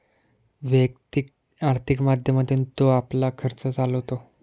वैयक्तिक आर्थिक माध्यमातून तो आपला खर्च चालवतो